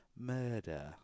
Murder